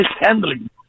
mishandling